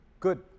good